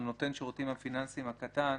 על נותן השירותים הפיננסיים הקטן,